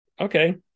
Okay